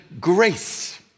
grace